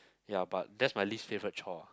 ya but that's my least favourite chore ah